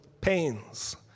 pains